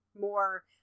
more